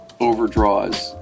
overdraws